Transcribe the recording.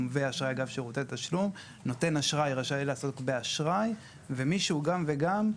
ואשראי אגב שירותי תשלום; נותן אשראי רשאי לעסוק באשראי; ומי שהוא גם וגם,